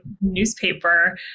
newspaper